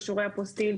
אישורי אפוסטיל,